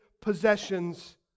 possessions